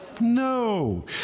No